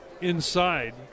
inside